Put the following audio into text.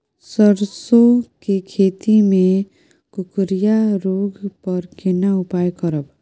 सरसो के खेती मे कुकुरिया रोग पर केना उपाय करब?